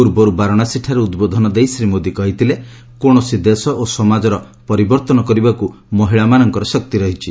ପୂର୍ବରୁ ବାରଣାସୀଠାରେ ଉଦ୍ବୋଧନ ଦେଇ ଶ୍ରୀ ମୋଦି କହିଥିଲେ କୌଣସି ଦେଶ ଓ ସମାଜର ପରିବର୍ତ୍ତନ କରିବାକୁ ମହିଳାମାନଙ୍କର ଶକ୍ତି ରହିଛି